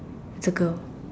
the girl